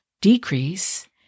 decrease